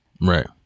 Right